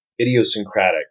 idiosyncratic